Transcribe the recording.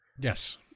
Yes